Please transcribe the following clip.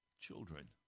children